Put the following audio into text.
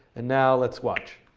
and now let's watch.